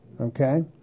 Okay